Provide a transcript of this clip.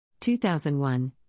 2001